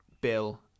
Bill